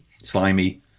Slimy